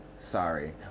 Sorry